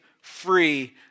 free